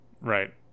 right